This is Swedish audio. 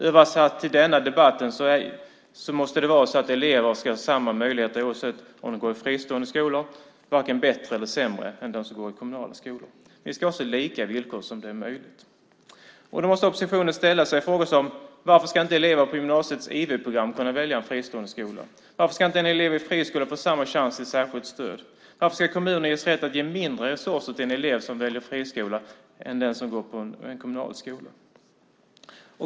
Översatt till denna debatt måste det vara så att elever ska ha samma möjligheter oavsett om de går i fristående skolor eller i kommunala skolor, varken bättre eller sämre. Vi ska ha så lika villkor som möjligt. Då måste oppositionen ställa sig till exempel dessa frågor: Varför ska inte elever på gymnasiets IV-program kunna välja en fristående skola? Varför ska inte en elev i friskolan få samma chans till särskilt stöd? Varför ska kommuner ges rätt att ge mindre resurser till en elev som väljer en friskola än till den som går i en kommunal skola?